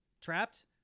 Trapped